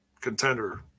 contender